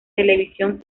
televisión